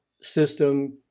system